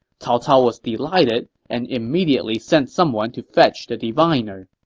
cao cao was delighted and immediately sent someone to fetch the diviner.